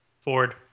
Ford